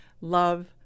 love